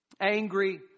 angry